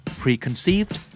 preconceived